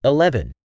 Eleven